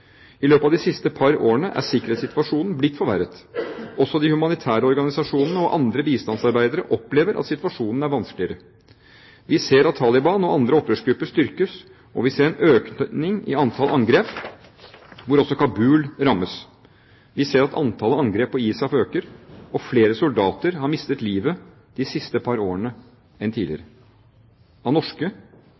I løpet av de siste par årene er sikkerhetssituasjonen blitt forverret. Også de humanitære organisasjonene og andre bistandsarbeidere opplever at situasjonen er vanskeligere. Vi ser at Taliban og andre opprørsgrupper styrkes, og vi ser en økning i antall angrep, hvor også Kabul rammes. Vi ser at antallet angrep på ISAF øker, og flere soldater har mistet livet de siste par årene enn tidligere. Av norske